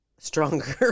stronger